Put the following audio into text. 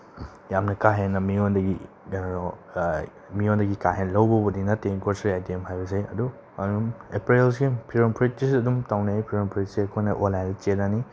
ꯌꯥꯝꯅ ꯀꯥ ꯍꯦꯟꯅ ꯃꯤꯉꯣꯟꯗꯒꯤ ꯃꯤꯉꯣꯟꯗꯒꯤ ꯀꯥ ꯍꯦꯟꯅ ꯂꯧꯕꯕꯨꯗꯤ ꯅꯠꯇꯦ ꯒ꯭ꯔꯣꯁꯔꯤ ꯑꯥꯏꯇꯦꯝ ꯍꯥꯏꯕꯁꯦ ꯑꯗꯨ ꯑꯗꯨꯝ ꯑꯦꯄꯔꯦꯜꯁꯤꯡ ꯐꯤꯔꯣꯟ ꯐꯨꯔꯤꯠꯀꯤꯁꯨ ꯑꯗꯨꯝ ꯇꯧꯅꯩ ꯐꯤꯔꯣꯟ ꯐꯨꯔꯤꯠꯁꯦ ꯑꯩꯈꯣꯏꯅ ꯑꯣꯟꯂꯥꯏꯟ ꯆꯦꯜꯂꯅꯤ